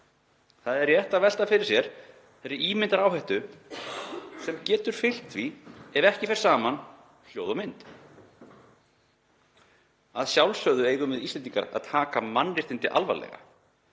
Það er rétt að velta fyrir sér þeirri ímyndaráhættu sem getur fylgt því ef ekki fer saman hljóð og mynd. Að sjálfsögðu eigum við Íslendingar að taka mannréttindi alvarlega.